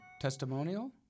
testimonial